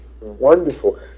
wonderful